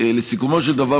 לסיכומו של דבר,